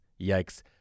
yikes